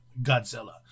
Godzilla